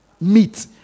meat